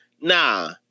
nah